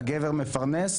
הגבר מפרנס,